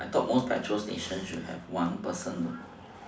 I thought most petrol stations should have one person